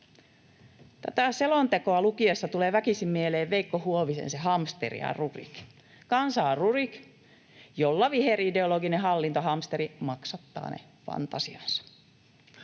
Tätä selontekoa lukiessa tulevat väkisin mieleen Veikko Huovisen Hamsteri ja Rurik. Kansa on Rurik, jolla viherideologinen hallintohamsteri maksattaa fantasiansa.